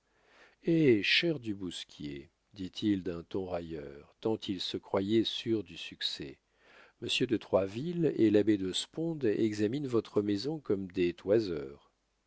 eh cher du bousquier dit-il d'un ton railleur tant il se croyait sûr du succès monsieur de troisville et l'abbé de sponde examinent votre maison comme des toiseurs